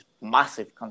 massive